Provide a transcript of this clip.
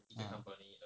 ah